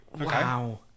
Wow